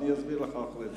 אני אסביר לך אחרי זה.